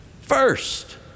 first